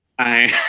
i